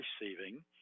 receiving